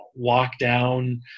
lockdown